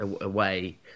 away